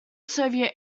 soviet